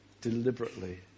deliberately